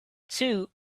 two